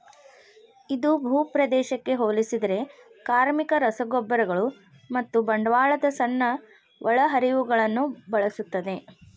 ಇದು ಭೂಪ್ರದೇಶಕ್ಕೆ ಹೋಲಿಸಿದರೆ ಕಾರ್ಮಿಕ, ರಸಗೊಬ್ಬರಗಳು ಮತ್ತು ಬಂಡವಾಳದ ಸಣ್ಣ ಒಳಹರಿವುಗಳನ್ನು ಬಳಸುತ್ತದೆ